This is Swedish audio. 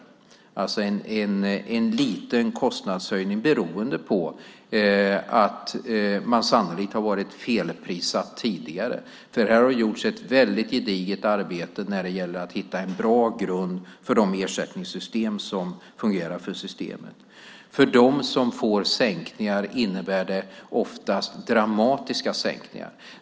Det är alltså en liten kostnadshöjning som beror på att man har varit felprissatt tidigare. Här har gjorts ett gediget arbete när det gäller att hitta en bra grund för de ersättningssystem som fungerar. För dem som får sänkningar innebär det oftast dramatiska sänkningar.